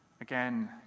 Again